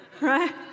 Right